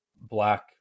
black